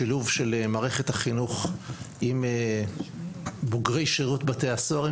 שילוב של מערכת החינוך עם בוגרי שירות בתי הסוהר,